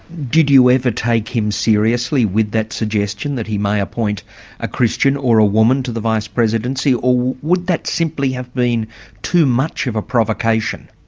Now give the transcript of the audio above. did you ever take him seriously with that suggestion that he may appoint a christian or a woman to the vice-presidency, or would that simply have been too much of a provocation?